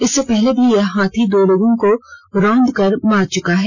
इससे पहले भी यह हाथी दो लोगों को रौंद कर मार चुका है